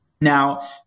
Now